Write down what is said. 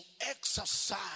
exercise